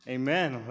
Amen